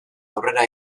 aurrera